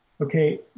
okay